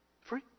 Free